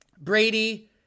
Brady